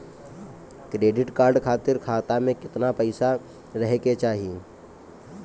Credit card खातिर खाता में केतना पइसा रहे के चाही?